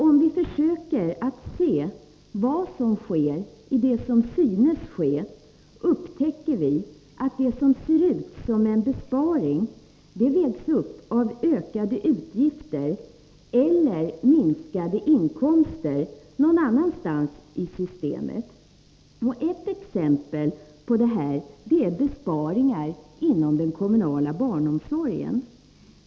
Om vi försöker se vad som sker i det som synes ske, upptäcker vi att det som ser ut som en besparing vägs upp av ökade utgifter eller minskade inkomster någon annanstans i systemet. Ett exempel på detta är besparingar inom den kommunala barnomsorgen.